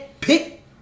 pick